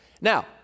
Now